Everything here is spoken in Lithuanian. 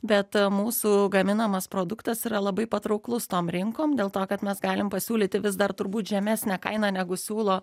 bet mūsų gaminamas produktas yra labai patrauklus tom rinkom dėl to kad mes galim pasiūlyti vis dar turbūt žemesnę kainą negu siūlo